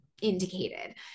indicated